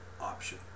option